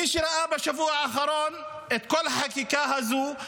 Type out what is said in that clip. מי שראה בשבוע האחרון את כל החקיקה הזו,